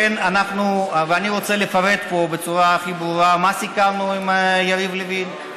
אני רוצה לפרט פה בצורה הכי ברורה מה סיכמנו עם יריב לוין,